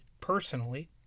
personally